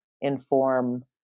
inform